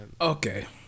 Okay